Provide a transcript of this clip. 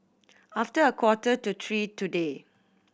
after a quarter to three today